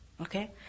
Okay